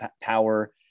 power